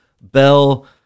Bell